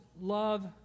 love